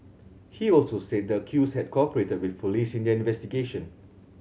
he also said the accused had cooperated with police in their investigation